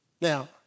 Now